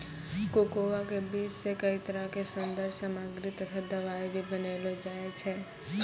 cocoa के बीज सॅ कई तरह के सौन्दर्य सामग्री तथा दवाई भी बनैलो जाय छै